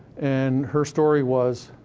and her story was